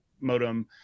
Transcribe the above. modem